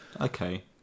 Okay